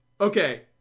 okay